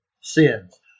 sins